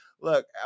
Look